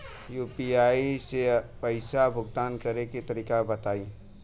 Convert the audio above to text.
UPI से पईसा भुगतान करे के तरीका बताई?